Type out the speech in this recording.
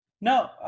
No